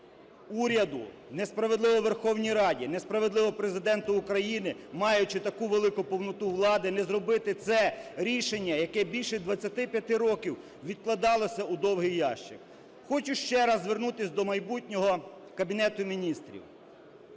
уряду, несправедливо Верховній Раді, несправедливо Президенту України, маючи таку велику повноту влади, не зробити це рішення, яке більше 25 років відкладалося у довгий ящик. Хочу ще раз звернутись до майбутнього Кабінету Міністрів.